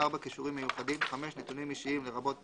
כישורים מיוחדים, נתונים אישיים לרבות